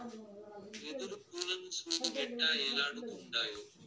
వెదురు పూలను సూడు ఎట్టా ఏలాడుతుండాయో